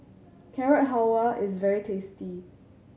Carrot Halwa is very tasty